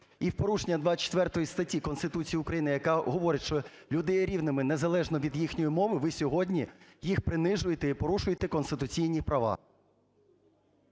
і в порушення 24 статті Конституції України, яка говорить, що люди є рівними незалежно від їхньої мови. Ви сьогодні їх принижуєте і порушуєте конституційні права.